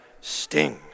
sting